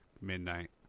midnight